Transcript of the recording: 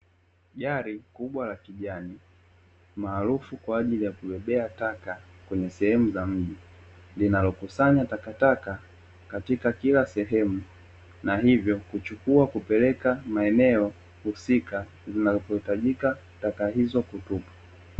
Gari kubwa la kijani maarufu kwa ajili ya kubebea taka kwenye sehemu za mji linalokusanya takataka katika kila sehemu, na hivyo kuchukua kupeleka maeneo husika zinazohitajika taka hizo kutupwa.